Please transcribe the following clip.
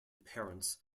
parents